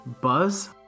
Buzz